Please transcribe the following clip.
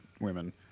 women